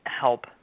help